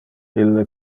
ille